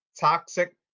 toxic